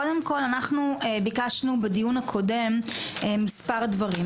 קודם כל אנחנו ביקשנו בדיון הקודם מספר דברים,